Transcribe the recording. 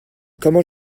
comment